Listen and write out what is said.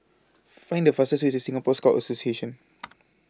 Find The fastest Way to Singapore Scout Association